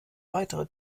weitere